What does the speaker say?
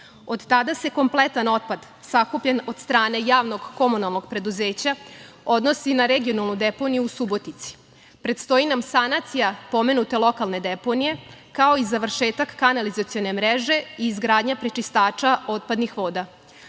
Od tada se kompletan otpad sakupljen od strane javnog komunalnog preduzeća odnosi na regionalnu deponiju u Subotici. Predstoji nam sanacija pomenute lokalne deponije, kao i završetak kanalizacione mreže i izgradnja prečistača otpadnih voda,